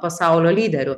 pasaulio lyderių